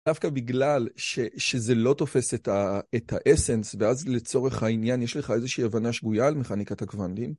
דווקא בגלל שזה לא תופס את האסנס ואז לצורך העניין יש לך איזושהי הבנה שגויה על מכניקת הקוואנטים